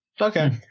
Okay